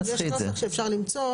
אם יש נוסח שאפשר למצוא.